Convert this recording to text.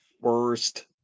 worst